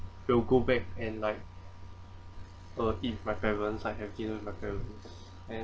we'll go back and like uh if my parents are